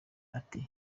ati